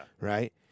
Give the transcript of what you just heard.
right